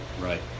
Right